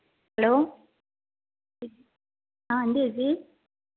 hello ആ എന്താ ചേച്ചി